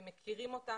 הם מכירים אותה,